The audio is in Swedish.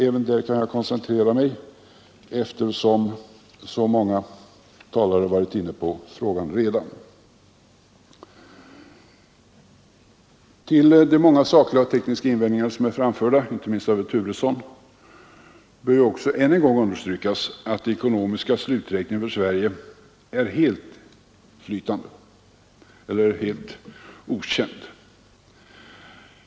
Även där kan jag koncentrera mig, eftersom så många talare redan varit inne på den frågan. Utöver de många sakliga och tekniska invändningar som framförts, inte minst av herr Turesson, bör också än en gång understrykas att den ekonomiska sluträkningen för Sverige är helt okänd.